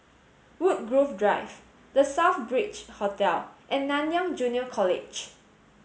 Woodgrove Drive The Southbridge Hotel and Nanyang Junior College